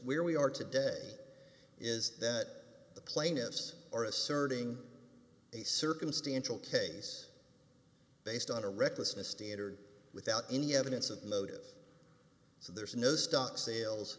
where we are today is that the plaintiffs are asserting a circumstantial case based on a recklessness standard without any evidence of motive so there's no stock